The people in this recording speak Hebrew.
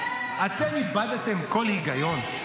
אתם איבדתם כל היגיון?